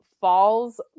falls